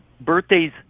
birthdays